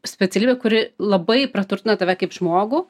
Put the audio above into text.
specialybė kuri labai praturtina tave kaip žmogų